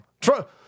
Trump